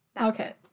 Okay